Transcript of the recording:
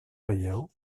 veieu